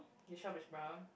the shop is brown